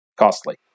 costly